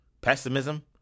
pessimism